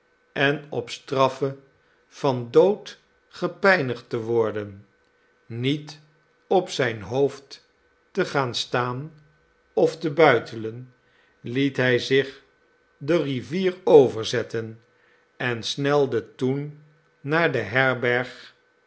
en op straffe van dood gepijnigd te worden niet op zijn hoofd te gaan staan of te buitelen liet hij zich de rivier overzetten en snelde toen naar de herberg